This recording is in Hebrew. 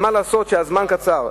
אבל מה לעשות שהזמן קצר.